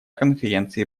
конференции